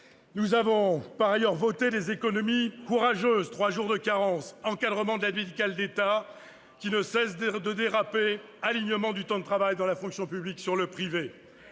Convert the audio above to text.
Nous avons par ailleurs voté des économies courageuses : trois jours de carence ; encadrement de l'aide médicale de l'État, qui ne cesse de déraper ; alignement du temps de travail dans la fonction publique sur le privé.